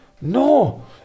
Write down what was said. No